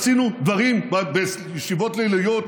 עשינו דברים בישיבות ליליות,